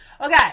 okay